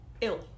ill